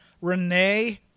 renee